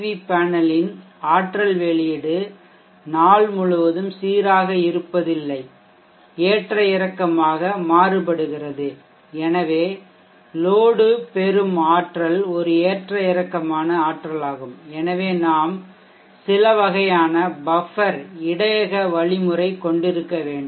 we பேனலின் ஆற்றல் வெளியீடு நாள் முழுவதும் சீராக இல்லாமல் ஏற்ற இறக்கமாக மாறுபடுகிறது எனவே லோடு பெறும் ஆற்றல் ஒரு ஏற்ற இறக்கமான ஆற்றலாகும் எனவே நாம் சிலவகையான பஃப்பெர் இடையக வழிமுறை கொண்டிருக்க வேண்டும்